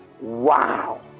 wow